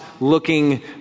looking